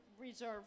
reserve